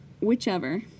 whichever